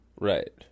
Right